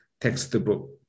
textbook